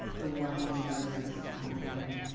the warning versus nonwarning.